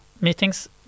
meetings